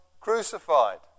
crucified